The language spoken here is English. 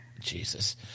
Jesus